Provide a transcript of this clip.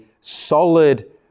solid